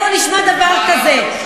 איפה נשמע דבר כזה?